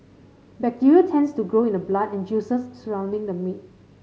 bacteria tends to grow in the blood and juices surrounding the meat